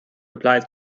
applied